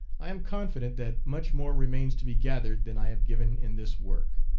i am confident that much more remains to be gathered than i have given in this work.